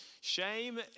Shame